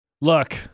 Look